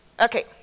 Okay